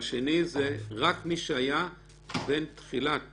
והשני זה רק מי שהיה בין תחילת